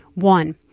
One